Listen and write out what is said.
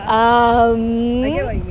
um